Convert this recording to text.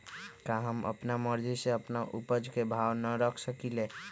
का हम अपना मर्जी से अपना उपज के भाव न रख सकींले?